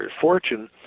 fortune